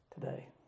today